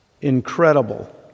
Incredible